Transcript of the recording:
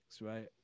right